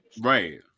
right